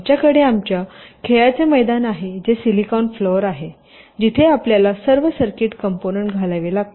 आमच्याकडे आमच्या खेळाचे मैदान आहे जे सिलिकॉन फ्लोर आहे जिथे आपल्याला सर्व सर्किट कंपोनंन्ट घालावे लागतात